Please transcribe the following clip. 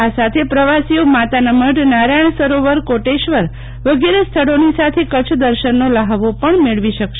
આ સાથે પ્રવાસીઓ માતાનામઢ નારાયણ સરોવર કોટેશ્વર વગેરે સ્થળોની સાથે કચ્છદર્શનનો લ્ફાવો પણ મેળવી શકશે